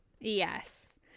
yes